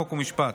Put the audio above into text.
חוק ומשפט.